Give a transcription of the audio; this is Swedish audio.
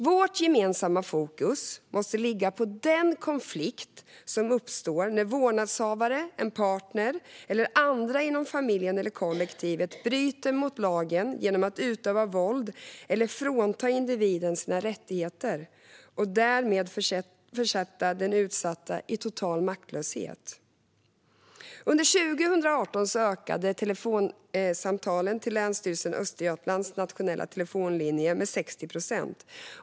Vårt gemensamma fokus måste ligga på den konflikt som uppstår när vårdnadshavare, en partner eller andra inom familjen eller kollektivet bryter mot lagen genom att utöva våld eller frånta individen dess rättigheter och därmed försätta den utsatta i total maktlöshet. Under 2018 ökade telefonsamtalen till Länsstyrelsen Östergötlands nationella telefonlinje med 60 procent.